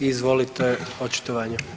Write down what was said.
Izvolite očitovanje.